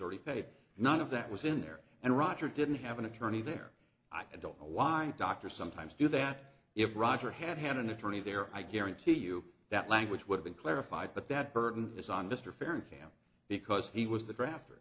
already paid none of that was in there and roger didn't have an attorney there i don't know why doctors sometimes do that if roger had had an attorney there i guarantee you that language would be clarified but that burden is on mr farron camp because he was the draft